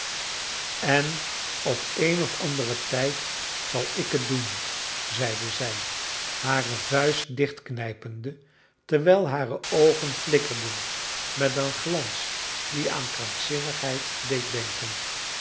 en op een of anderen tijd zal ik het doen zeide zij hare vuist dichtknijpende terwijl hare oogen flikkerden met een glans die aan krankzinnigheid deed denken